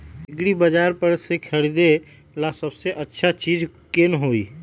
एग्रिबाजार पर से खरीदे ला सबसे अच्छा चीज कोन हई?